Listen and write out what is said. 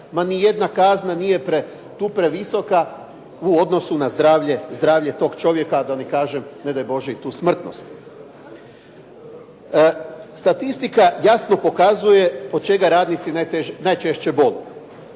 ni jedna kazna nije tu previsoka u odnosu na zdravlje tog čovjeka, a da ne kažem, ne daj Bože i tu smrtnost. Statistika jasno pokazuje od čega radnici najčešće boluju.